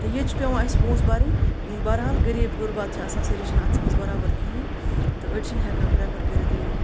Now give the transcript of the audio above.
تہٕ ییٚتہِ چھِ پٮ۪وان اَسہِ پۄنٛسہٕ بَرٕنۍ بَرحال غریٖب غُربات چھِ آسان سٲری چھِنہٕ اَتھَس منٛز بَرابَر کِہیٖنۍ تہٕ أڑۍ چھِنہٕ ہٮ۪کان پرٛیفَر کٔرِتھ یہِ